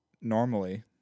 normally